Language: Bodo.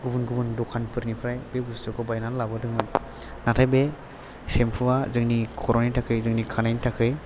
गुबुन गुबुन दखानफोरनिफ्राय बे बुस्थुखौ बायनानै लाबोदोंमोन नाथाय बे सेम्फुआ जोंनि ख'रनि थाखाय जोंनि खानायनि थाखाय